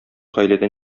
гаиләдән